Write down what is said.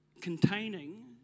containing